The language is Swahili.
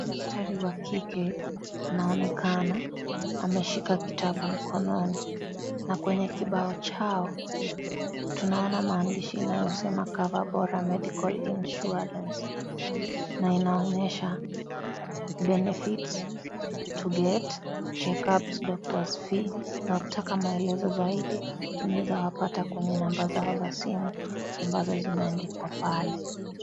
Daktari wa kike anaonekana ameshika kitabu mkononi na kwenye kibao chao , tunaona maandishi inayosema , cover bora medical insurance na inaonyesha benefits to get, check ups ,doctors fee ,na ukitaka maelezo zaidi unaweza wapata kwenye namba zao za simu ambazo zimeandikwa pale.